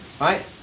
Right